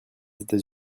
états